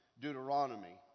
Deuteronomy